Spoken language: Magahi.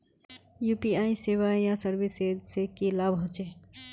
यु.पी.आई सेवाएँ या सर्विसेज से की लाभ होचे?